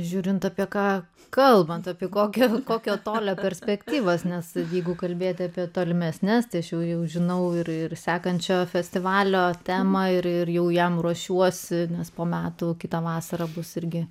žiūrint apie ką kalbant apie kokį kokio tolio perspektyvas nes jeigu kalbėti apie tolimesnes tačiau jau žinau ir sekančio festivalio temą ir jau jam ruošiuosi nes po metų kitą vasarą bus irgi